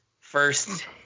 first